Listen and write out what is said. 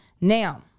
Now